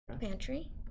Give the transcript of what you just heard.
Pantry